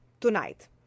Tonight